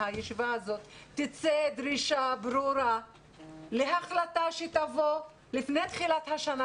שמהישיבה הזאת תצא דרישה ברורה להחלטה שתבוא לפני תחילת השנה,